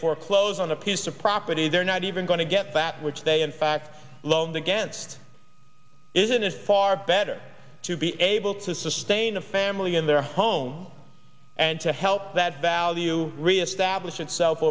foreclose on a piece of property they're not even going to get that which they in fact loans against isn't it far better to be able to sustain a family in their home and to help that value reestablish itself